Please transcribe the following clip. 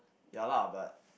ya lah but